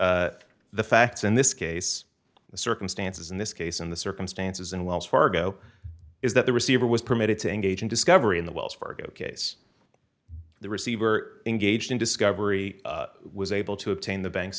the facts in this case the circumstances in this case and the circumstances and wells fargo is that the receiver was permitted to engage in discovery in the wells fargo case the receiver engaged in discovery was able to obtain the bank